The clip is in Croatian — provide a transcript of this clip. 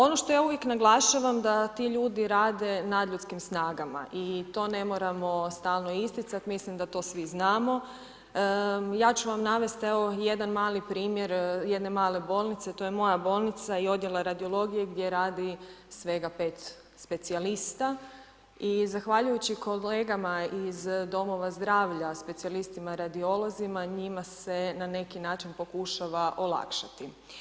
Ono što ja uvijek naglašavam da ti ljudi rade nadljudskim snagama i to ne moramo stalno isticati, mislim da to svi znamo, ja ću vam navest evo jedan mali primjer, jedne male bolnice, to je moja bolnica i Odjel radiologije gdje radi svega 5 specijalista i zahvaljujući kolegama iz Domova zdravlja, specijalistima radiolozima, njima se na neki način pokušava olakšati.